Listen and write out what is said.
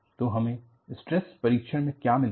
तो हमें स्ट्रेस परीक्षण से क्या मिलता है